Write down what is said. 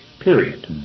period